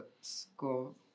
school